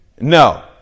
No